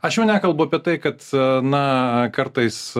aš jau nekalbu apie tai kad na kartais